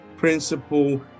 Principle